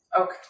Okay